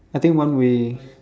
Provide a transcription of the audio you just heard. I think one way